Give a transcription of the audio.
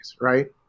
right